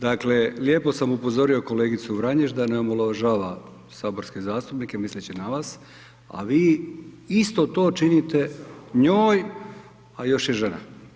Dakle, lijepo sam upozorio kolegicu Vranješ da ne omalovažava saborske zastupnike misleći na vas, a vi isto to činite njoj, a još je žena.